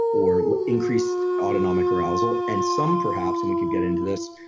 or increased autonomic arousal, and some perhaps, and we can get into this,